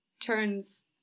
turns